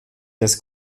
des